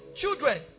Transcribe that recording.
Children